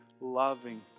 loving